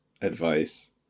advice